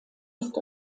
ist